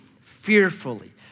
fearfully